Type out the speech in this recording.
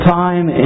time